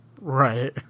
Right